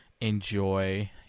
enjoy